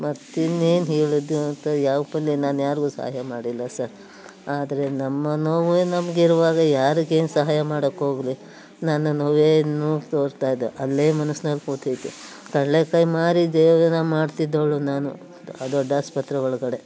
ಮತ್ತು ಇನ್ನೇನು ಹೇಳೋದು ಅಂತ ಯಾವ ನಾನು ಯಾರಿಗೂ ಸಹಾಯ ಮಾಡಿಲ್ಲ ಸರ್ ಆದರೆ ನಮ್ಮ ನೋವೇ ನಮಗಿರುವಾಗ ಯಾರಿಗೇನು ಸಹಾಯ ಮಾಡೋಕ್ಕೋಗ್ಲಿ ನನ್ನ ನೋವೇ ಇನ್ನೂ ತೋರ್ತಾ ಇದೆ ಅಲ್ಲೇ ಮನಸ್ನಲ್ಲಿ ಕೂತೈತೆ ಕಡ್ಲೇಕಾಯಿ ಮಾರಿ ಜೀವನ ಮಾಡ್ತಿದ್ದವಳು ನಾನು ಆ ದೊಡ್ಡಾಸ್ಪತ್ರೆ ಒಳಗಡೆ